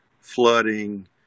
flooding